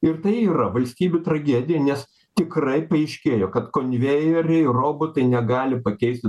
ir tai yra valstybių tragedija nes tikrai paaiškėjo kad konvejeriai robotai negali pakeisti